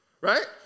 right